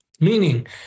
Meaning